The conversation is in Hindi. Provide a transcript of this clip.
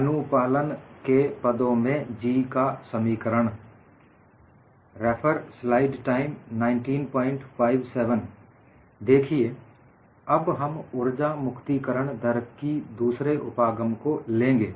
अनुपालन के पदों में G का समीकरण देखिए अब हम उर्जा मुक्ति करण दर की दूसरे उपागम को लेंगे